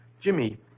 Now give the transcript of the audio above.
Jimmy